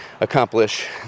accomplish